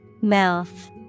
Mouth